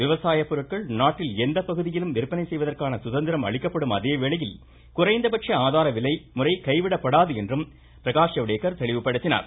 விவசாய பொருட்கள் நாட்டில் எந்த பகுதியிலும் விந்பனை செய்வதற்கான சுதந்திரம் அளிக்கப்படும் அதேவேளையில் குறைந்தபட்ச அஆதாரவிலை முறை கைவிடப்படாது என்றும் பிரகாஷ் ஜவ்டேகர் தெளிவுபடுத்தினார்